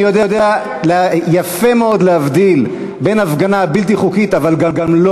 אני יודע יפה מאוד להבדיל בין הפגנה בלתי חוקית אבל גם לא